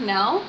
now